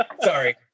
Sorry